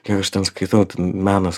kiek aš ten skaitau ten menas